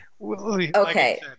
Okay